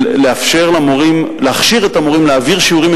של להכשיר את המורים להעביר שיעורים